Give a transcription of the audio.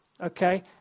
Okay